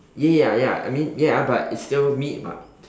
ya ya ya ya I mean ya I but it's still meat [what]